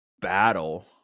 battle